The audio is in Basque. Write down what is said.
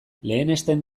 lehenesten